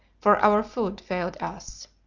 for our food failed us.